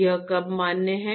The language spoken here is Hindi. यह कब मान्य है